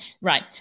Right